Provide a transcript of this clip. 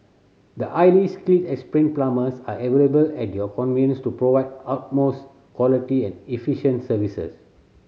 the highly skilled and experienced plumbers are available at your convenience to provide utmost quality and efficient services